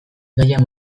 gaia